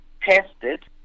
tested